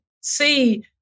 see